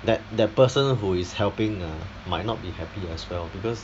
that that person who is helping ah might not be happy as well because